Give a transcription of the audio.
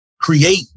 create